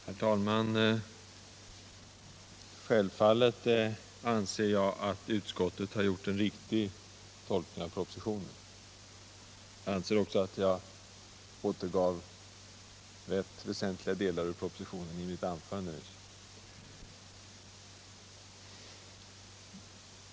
Herr talman! Självfallet anser jag att utskottet har gjort en riktig tolkning av propositionen. Jag anser också att jag rätt återgav väsentliga delar av propositionen i mitt anförande nyss.